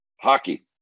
Hockey